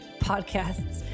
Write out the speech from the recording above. podcasts